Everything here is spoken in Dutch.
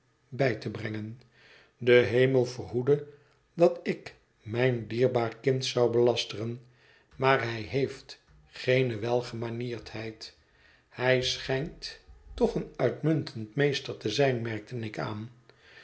bij te brengen de hemel verhoede dat ik mijn dierbaar kind zou belasteren maar hij heeft geene welgemanierdheid hij schijnt toch een uitmuntend meester te zijn merkte ik aan